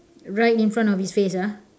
right in front of his face ah